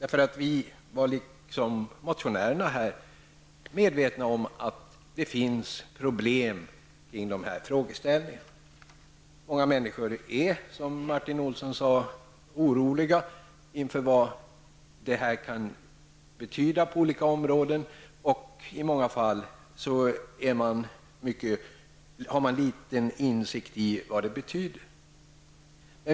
Utskottet var liksom motionärerna medvetet om att det finns problem kring dessa frågeställningar. Många människor är, som Martin Olsson sade, oroliga inför vad det här kan betyda på olika områden. Och i många fall har människor liten insikt i vad det betyder.